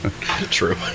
True